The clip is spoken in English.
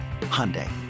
Hyundai